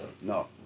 No